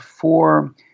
four